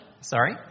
Sorry